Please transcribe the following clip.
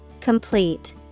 Complete